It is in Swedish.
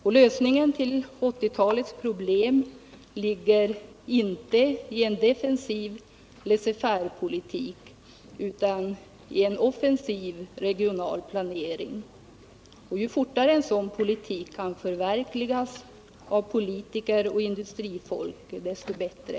Och lösningen på 1980-talets problem ligger inte i en defensiv laisser-faire-politik utan i en offensiv regional planering. Ju fortare en sådan politik kan förverkligas av politiker och industrifolk desto bättre.